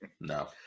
No